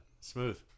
Smooth